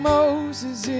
Moses